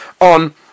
on